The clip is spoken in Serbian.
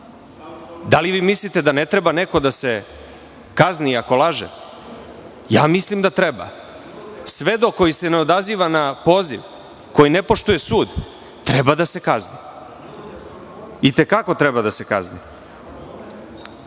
Da li mislite da ne treba neko da se kazni ako laže? Mislim da treba. Svedok koji se ne odaziva na poziv, koji ne poštuje sud, treba da se kazni, i te kako treba da se